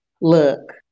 Look